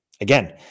Again